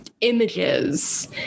images